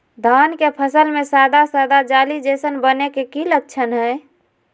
धान के फसल में सादा सादा जाली जईसन बने के कि लक्षण हय?